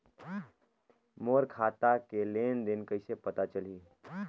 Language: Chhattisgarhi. मोर खाता के लेन देन कइसे पता चलही?